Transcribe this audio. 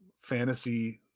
fantasy